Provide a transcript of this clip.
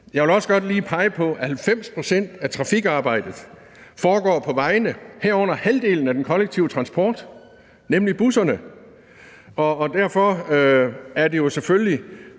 Jeg vil også godt pege på, at 90 pct. af trafikarbejdet foregår på vejene, herunder halvdelen af den kollektive transport, nemlig busserne, og derfor er det jo selvfølgelig